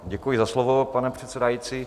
Děkuji za slovo, pane předsedající.